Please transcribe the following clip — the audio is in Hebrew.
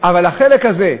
אלא שהיום